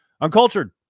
Uncultured